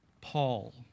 Paul